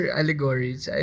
allegories